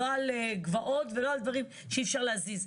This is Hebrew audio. לא על גבעות ולא על דברים שאי אפשר להזיז.